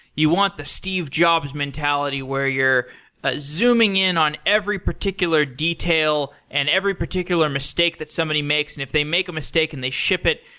you want the steve jobs mentality, where you're ah zooming in on every particular detail and every particular mistake that somebody makes. if they make a mistake and they ship it,